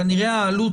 כנראה העלות,